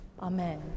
Amen